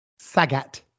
Sagat